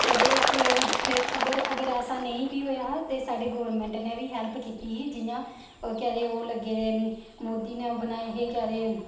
ते अगर अगर ऐसा नेईं बी होएया हा ते साढ़ी गौरमेंट ने बी हैल्प कीती ही जि'यां के आखदे ओह् लग्गे दे मोदी ने ओह् बनाए हे के आखदे